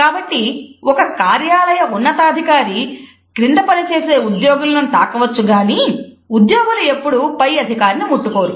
కాబట్టి ఒక కార్యాలయ ఉన్నతాధికారి క్రింద పనిచేసే ఉద్యోగులను తాకవచ్చు గాని ఉద్యోగులు ఎప్పుడూ పై అధికారిని ముట్టుకోరు